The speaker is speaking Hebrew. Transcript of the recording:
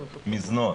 ולמזנון.